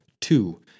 Two